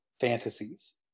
fantasies